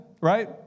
Right